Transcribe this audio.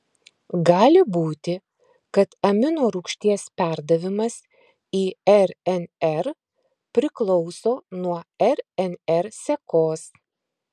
gali būti kad aminorūgšties perdavimas į rnr priklauso nuo rnr sekos